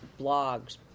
blogs